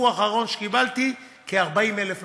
לפי הדיווח האחרון שקיבלתי, כ-40,000 נשים,